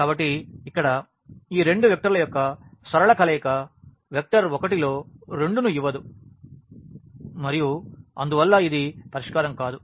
కాబట్టి ఇక్కడ ఈ రెండు వెక్టర్ల యొక్క సరళ కలయిక వెక్టర్ 1 లో 2 ను ఇవ్వదు మరియు అందువల్ల ఇది పరిష్కారం కాదు